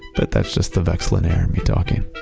but that's just the vexillonaire in me talking